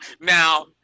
Now